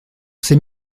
ces